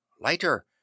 lighter